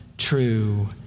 true